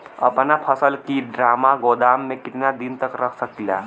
अपना फसल की ड्रामा गोदाम में कितना दिन तक रख सकीला?